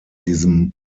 diesem